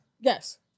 Yes